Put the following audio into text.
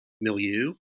milieu